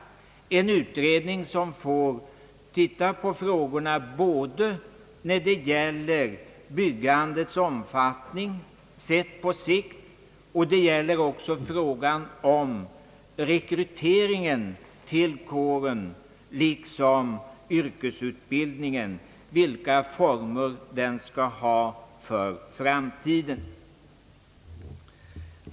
Denna utredning skall titta på frågorna både när det gäller byggandets omfattning sett på sikt och rekryteringen till kåren, liksom vilka former yrkesutbildningen skall ha för framtiden.